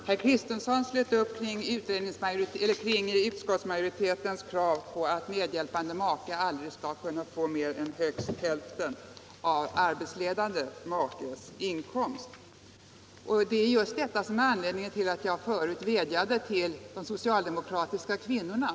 Herr talman! Herr Kristenson slöt upp kring utskottsmajoritetens krav på att medhjälpande maka aldrig skall kunna få mer än hälften av arbetsledande makes inkomst. Det är just detta som är anledningen till att jag förut vädjade till de socialdemokratiska kvinnorna.